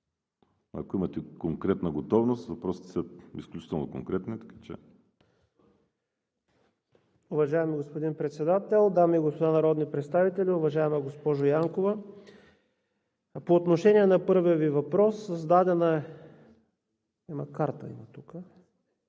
ако имате готовност, въпросите са изключително конкретни.